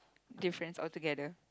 difference altogether